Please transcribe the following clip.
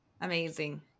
Amazing